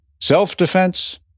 Self-defense